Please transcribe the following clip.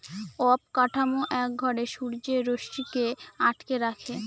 অবকাঠামো এক ঘরে সূর্যের রশ্মিকে আটকে রাখে